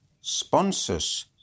sponsors